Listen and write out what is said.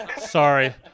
Sorry